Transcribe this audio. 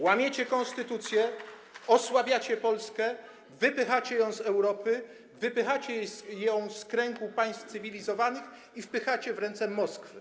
Łamiecie konstytucję, osłabiacie Polskę, wypychacie ją z Europy, wypychacie ją z kręgu państw cywilizowanych i wpychacie w ręce Moskwy.